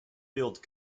billed